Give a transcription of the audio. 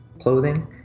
clothing